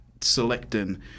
selecting